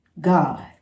God